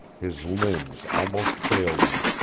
his limbs almost failed him.